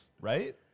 Right